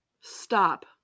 stop